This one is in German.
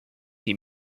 die